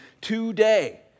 today